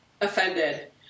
offended